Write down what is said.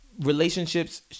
relationships